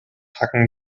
tacken